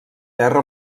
terra